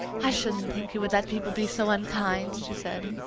i shouldn't think you would let people be so unkind! she said.